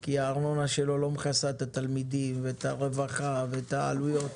כי הארנונה שלו לא מכסה את התלמידים ואת הרווחה ואת העלויות.